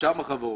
רשם החברות,